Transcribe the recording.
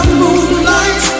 moonlight